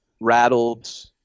rattled